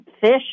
fish